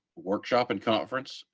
workshop and conference.